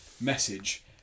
message